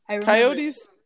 Coyotes